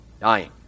dying